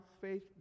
faith